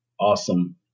awesome